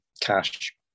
cash